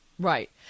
Right